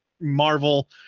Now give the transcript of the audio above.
Marvel